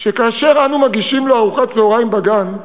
שכאשר אנו מגישים לו ארוחת צהריים בגן,